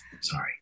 Sorry